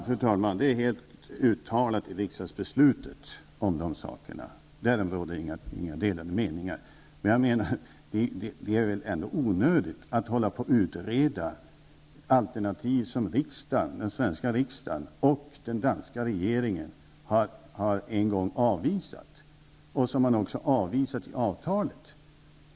Fru talman! Det finns ett uttalande i riksdagsbeslutet om de sakerna. Därom råder inga delade meningar. Men jag menar att det är väl ändå onödigt att hålla på och utreda alternativ som den svenska riksdagen och den danska regeringen en gång har avvisat och som man också har avvisat i avtalet.